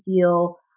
feel